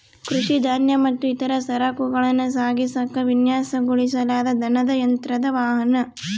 ಕೃಷಿ ಧಾನ್ಯ ಮತ್ತು ಇತರ ಸರಕುಗಳನ್ನ ಸಾಗಿಸಾಕ ವಿನ್ಯಾಸಗೊಳಿಸಲಾದ ದನದ ಯಂತ್ರದ ವಾಹನ